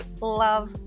love